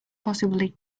possibly